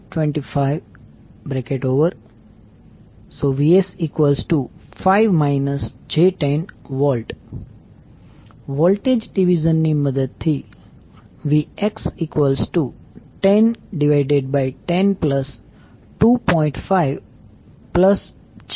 255 j10V voltage ડીવીઝનની મદદ થી Vx1010 2